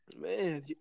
Man